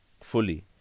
fully